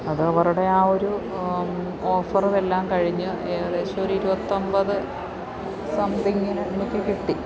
അത് അവരുടെ ആ ഒരു ഓഫറും എല്ലാം കഴിഞ്ഞ് ഏകദേശം ഒരു ഇരുപത്തൊൻപത് സംതിങ്ങിന് എനിക്ക് കിട്ടി